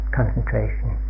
concentration